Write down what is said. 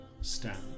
stand